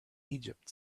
egypt